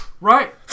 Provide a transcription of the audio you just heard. Right